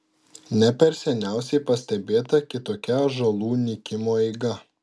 ne per seniausiai pastebėta kitokia ąžuolų nykimo eiga